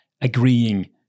agreeing